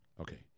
Okay